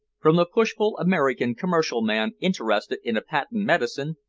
from the pushful american commercial man interested in a patent medicine,